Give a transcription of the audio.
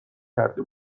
کرده